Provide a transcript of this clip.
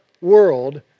world